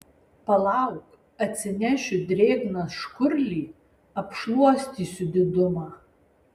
palauk atsinešiu drėgną škurlį apšluostysiu didumą